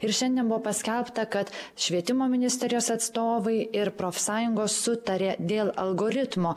ir šiandien buvo paskelbta kad švietimo ministerijos atstovai ir profsąjungos sutarė dėl algoritmo